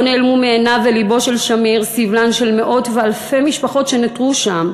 לא נעלמו מעיניו ומלבו של שמיר סבלן של מאות ואלפי משפחות שנותרו שם,